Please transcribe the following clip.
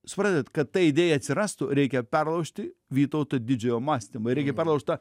suprantat kad ta idėjai atsirastų reikia perlaužti vytauto didžiojo mąstymą reikia perlaužt tą